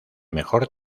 mejor